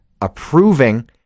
approving